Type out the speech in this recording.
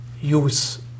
use